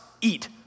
eat